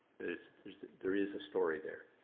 there is there is a story there.